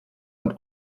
und